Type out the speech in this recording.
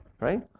right